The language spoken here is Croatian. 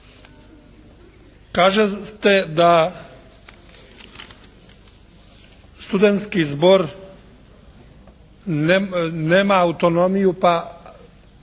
Kažete da studenski zbor nema autonomiju pa,